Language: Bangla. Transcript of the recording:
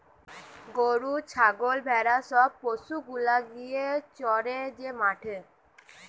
গরু ছাগল ভেড়া সব পশু গুলা গিয়ে চরে যে মাঠে